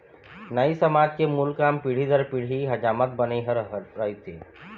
नाई समाज के मूल काम पीढ़ी दर पीढ़ी हजामत बनई ह रहिथे